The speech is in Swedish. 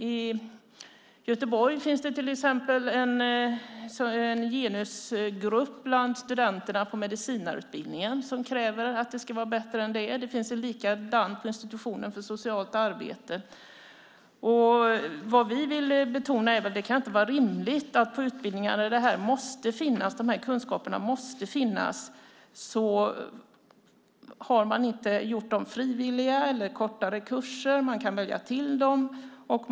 I Göteborg finns till exempel en genusgrupp bland studenterna på medicinarutbildningen som kräver att det ska vara bättre än det är. Det finns en likadan på institutionen för socialt arbete. Vad vi vill betona är att det inte kan vara rimligt på de utbildningar där dessa kunskaper måste finnas att man har gjort den kunskapen frivillig eller tillgänglig på kortare kurser. Man kan välja till den.